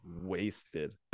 wasted